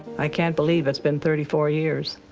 i can't believe it's been thirty four years